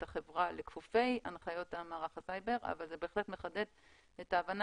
את החברה לכפופי הנחיות מערך הסייבר אבל זה בהחלט מחדד את ההבנה